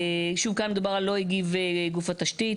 שוב כאן מדבר על זה שלא הגיב גוף התשתית